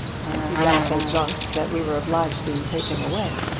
and he got so drunk that we were obliged to take him away.